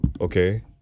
Okay